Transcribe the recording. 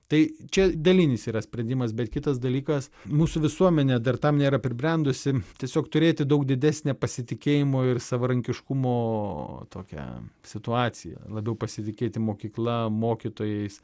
tai čia dalinis yra sprendimas bet kitas dalykas mūsų visuomenė dar tam nėra pribrendusi tiesiog turėti daug didesnę pasitikėjimo ir savarankiškumo tokią situaciją labiau pasitikėti mokykla mokytojais